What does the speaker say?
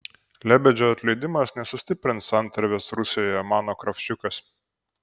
lebedžio atleidimas nesustiprins santarvės rusijoje mano kravčiukas